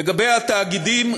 לגבי התאגידים.